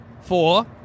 four